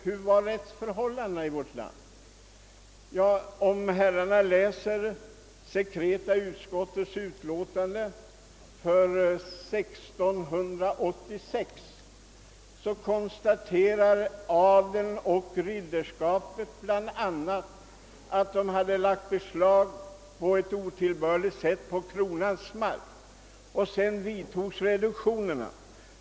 Adeln och ridderskapet konstaterade i ett utlåtande från sekreta utskottet år 1686 att man på ett otillbörligt sätt hade lagt beslag på kronomark. Sedan genomfördes reduktioner.